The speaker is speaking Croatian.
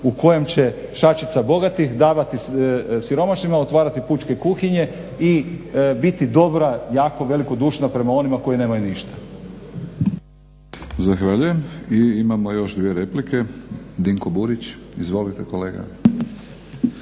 u kojem će šačica bogatih davati siromašnima, otvarati pučke kuhinje i biti dobra jako velikodušna prema onima koji nemaju ništa. **Batinić, Milorad (HNS)** Zahvaljujem. I imamo još dvije replike. Dinko Burić, izvolite kolega.